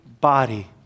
body